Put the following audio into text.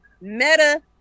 meta